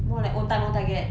more like own time own target